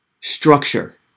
Structure